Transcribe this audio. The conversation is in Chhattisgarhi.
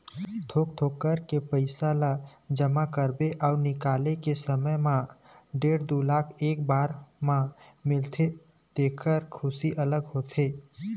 थोक थोक करके पइसा ल जमा करबे अउ निकाले के समे म डेढ़ दू लाख एके बार म मिलथे तेखर खुसी अलगे हे